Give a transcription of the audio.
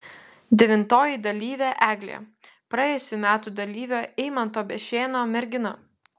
devintoji dalyvė eglė praėjusių metų dalyvio eimanto bešėno mergina